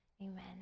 amen